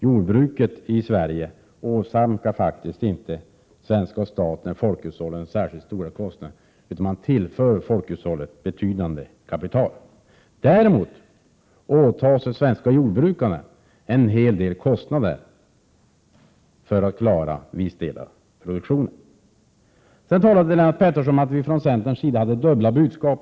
Jordbruket i Sverige åsamkar faktiskt inte svenska staten och folkhushållet särskilt stora kostnader, utan det tillför folkhushållet betydande kapital. Däremot åtar sig de svenska jordbrukarna en hel del kostnader för att klara viss del av produktionen. Sedan talade Lennart Pettersson om att vi från centern hade dubbla budskap.